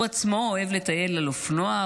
הוא עצמו אוהב לטייל על אופנוע,